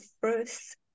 first